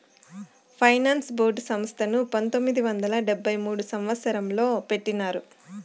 finance board సంస్థను పంతొమ్మిది వందల డెబ్భై మూడవ సంవచ్చరంలో పెట్టినారు